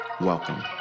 Welcome